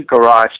garage